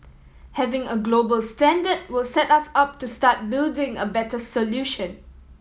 having a global standard will set us up to start building a better solution